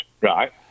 right